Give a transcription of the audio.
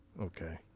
Okay